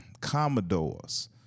Commodores